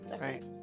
right